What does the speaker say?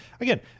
again